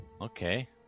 Okay